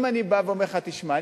אם אני בא ואומר לך: תשמע,